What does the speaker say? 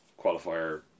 qualifier